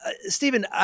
Stephen